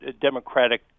Democratic